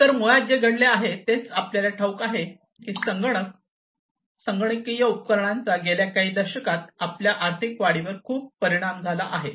तर मुळात जे घडले तेच आपल्याला ठाऊक आहे की संगणक संगणकीय उपकरणांचा गेल्या काही दशकांत आपल्या आर्थिक वाढीवर खूप परिणाम झाला आहे